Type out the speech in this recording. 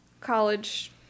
college